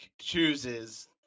chooses